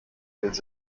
new